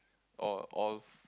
or all